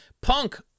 Punk